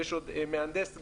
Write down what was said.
ויש עוד מהנדס גז,